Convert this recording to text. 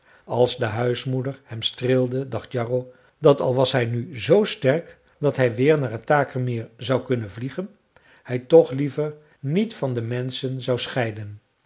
als de huismoeder hem streelde dacht jarro dat al was hij nu zoo sterk dat hij weer naar het takermeer zou kunnen vliegen hij toch liever niet van de menschen zou scheiden